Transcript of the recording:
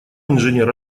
инженер